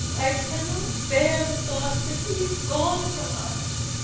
i cannot bear the thought that he is gone from us.